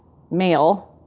male,